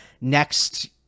next